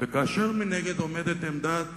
וכאשר מנגד עומדת עמדת